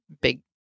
big